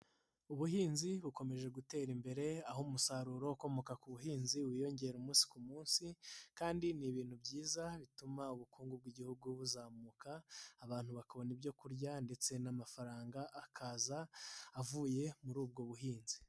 Ubuhinzi bukomeje gutera imbere aho umusaruro ukomoka ku buhinzi wiyongera umunsi ku munsi kandi ni ibintu byiza bituma ubukungu bw'Igihugu buzamuka, abantu bakabona ibyo kurya ndetse n'amafaranga akaza avuye muri ubwo buhinzi.